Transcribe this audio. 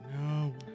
No